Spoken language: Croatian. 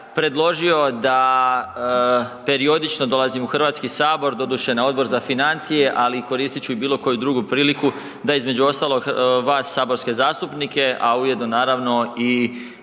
predložio da periodično dolazim u Hrvatski sabor, doduše na Odbor za financije, ali koristit ću i bilo koju drugu priliku da između ostalog vas saborske zastupnike, a ujedno naravno i hrvatsku